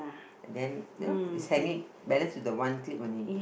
then you know is hanging left with the one clip only